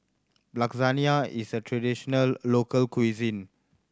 lasagna is a traditional local cuisine